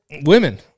Women